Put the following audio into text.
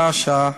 שעה-שעה,